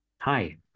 Hi